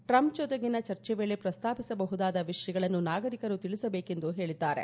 Trump ಜತೆಗಿನ ಚರ್ಚೆ ವೇಳೆ ಪ್ರಸ್ತಾಪಿಸಬಹುದಾದ ವಿಷಯಗಳನ್ನು ನಾಗರಿಕರು ತಿಳಿಸಬೇಕು ಎಂದು ತಿಳಿಸಿದ್ದಾರೆ